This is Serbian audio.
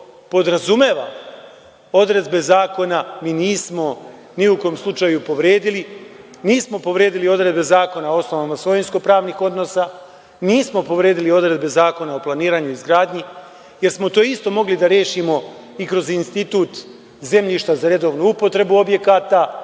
podrazumeva odredbe zakona mi nismo ni u kom slučaju povredili. Nismo povredili odredbe Zakona o osnovama svojinsko pravnih odnosa. Nismo povredili odredbe Zakona o planiranju i izgradnji, jer smo to isto mogli da rešimo i kroz institut zemljišta za redovnu upotrebu objekata.